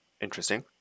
interesting